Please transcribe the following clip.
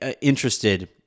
interested